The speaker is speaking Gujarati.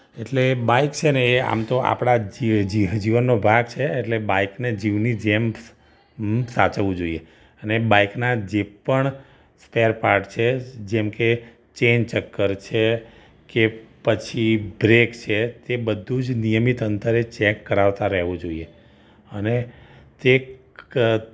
એટલે બાઇક છે ને એ આમ તો આપણાં જી જી જીવનનો ભાગ છે એટલે બાઇકને જીવની જેમ સાચવવું જોઈએ અને બાઇકના જે પણ સ્પૅર પાર્ટ છે જેમ કે ચેઇન ચક્કર છે કે પછી બ્રેક છે તે બધું જ નિયમિત અંતરે ચૅક કરાવતા રહેવું જોઈએ અને તે એક